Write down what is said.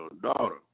daughter